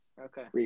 Okay